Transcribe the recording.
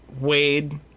wade